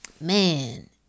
man